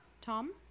Tom